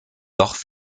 loch